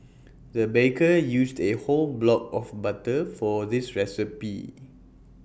the baker used A whole block of butter for this recipe